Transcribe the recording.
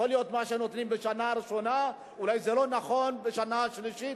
יכול להיות שמה שנותנים בשנה ראשונה לא נכון לתת בשנה שלישית,